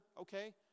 okay